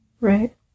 Right